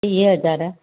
टीह हज़ार